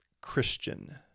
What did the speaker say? Christian